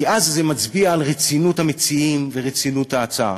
כי אז זה מצביע על רצינות המציעים ועל רצינות ההצעה.